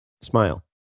Smile